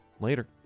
Later